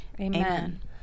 Amen